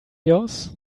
yours